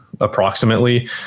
approximately